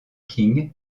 king